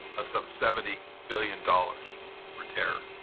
of some seventy billion dollars for terror.